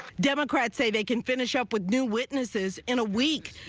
democrats say they can finish up with new witnesses in a week.